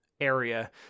area